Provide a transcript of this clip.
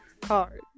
card